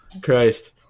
Christ